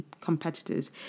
competitors